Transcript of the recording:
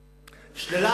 קבוע.